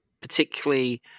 particularly